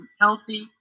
healthy